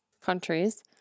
countries